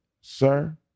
sir